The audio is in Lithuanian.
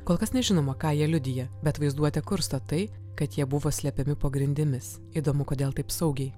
kol kas nežinoma ką jie liudija bet vaizduotę kursto tai kad jie buvo slepiami po grindimis įdomu kodėl kaip saugiai